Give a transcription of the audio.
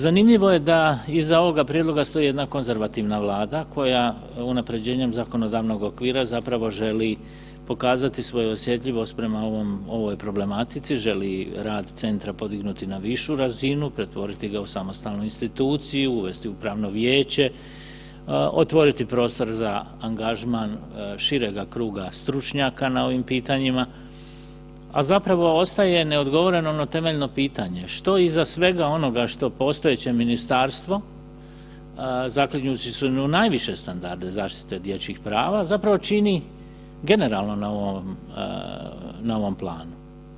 Zanimljivo je da iza ovoga prijedloga stoji jedna konzervativna vlada koja unapređenjem zakonodavnog okvira zapravo želi pokazati svoju osjetljivost prema ovoj problematici, želi rad centra podignuti na višu razinu pretvoriti ga u samostalnu instituciju, uvesti upravno vijeće, otvoriti prostor za angažman širega kruga stručnjaka na ovim pitanjima, a zapravo ostaje neodgovoreno ono temeljno pitanje, što iza svega onoga što postojeće ministarstvo zaklinjući se u najviše standarde zaštite dječjih prava zapravo čini generalno na ovom planu?